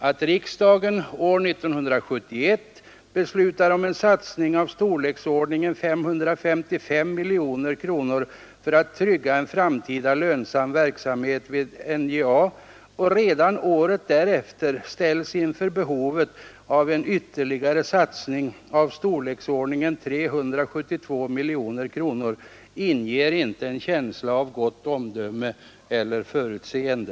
Att riksdagen år 1971 beslutar om en satsning av storleksordningen 555 miljoner kronor för att trygga en framtida lönsam verksamhet vid NJA och redan året därefter s ytterligare satsning av storleksordningen 372 miljoner kronor inger inte en känsla av gott omdöme eller förutseende.